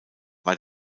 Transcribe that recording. war